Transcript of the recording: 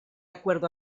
acuerdo